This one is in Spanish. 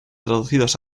traducidos